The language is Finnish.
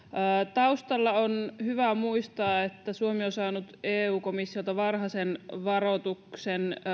taustalla on hyvä muistaa että suomi on saanut eu komissiolta varhaisen varoituksen